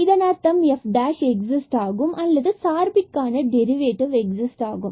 இதன் அர்த்தம் f' exist ஆகும் அல்லது சார்பிற்க்கான டெரிவேட்டிவ் எக்ஸிஸ்ட் ஆகும்